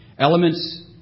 Elements